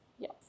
Yes